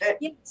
Yes